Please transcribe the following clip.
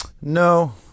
No